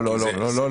לא.